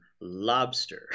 lobster